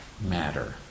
matter